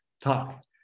talk